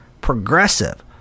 Progressive